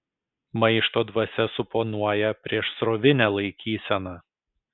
maišto dvasia suponuoja priešsrovinę laikyseną